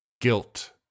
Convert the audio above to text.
Guilt